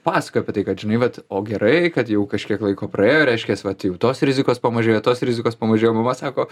pasakoja apie tai kad žinai vat o gerai kad jau kažkiek laiko praėjo reiškias vat jeigu tos rizikos pamažėjo tos rizikos pamažėjo mama sako